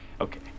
Okay